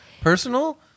Personal